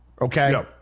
okay